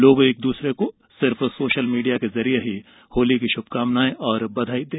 लोग एक दूसरे को सोशल मीडिया के जरिए होली की शुभकामनाएं और बधाई दी